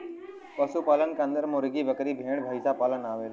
पशु पालन क अन्दर मुर्गी, बकरी, भेड़, भईसपालन आवेला